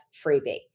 freebie